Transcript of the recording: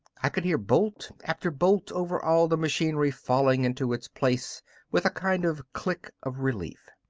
i could hear bolt after bolt over all the machinery falling into its place with a kind of click of relief.